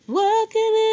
working